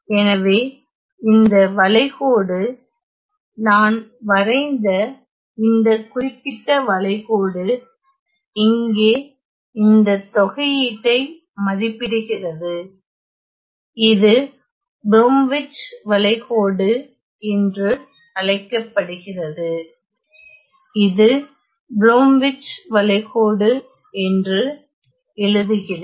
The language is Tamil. எனவே இந்த வளைகோடு நான்வரைந்த இந்த குறிப்பிட்ட வளைகோடு இங்கே இந்த தொகையீட்டை மதிப்பிடுகிறது இது ப்ரோம்விச் வளைகோடு என்று அழைக்கப்படுகிறது இது ப்ரோம்விச் வளைகோடு என்று எழுதுகிறேன்